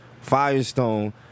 Firestone